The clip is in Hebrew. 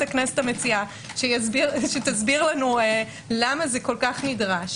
הכנסת המציעה שתסביר למה זה כל כך נדרש